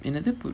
என்னது:ennathu